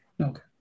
Okay